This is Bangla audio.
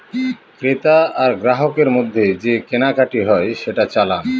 ক্রেতা আর গ্রাহকের মধ্যে যে কেনাকাটি হয় সেটা চালান